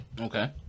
Okay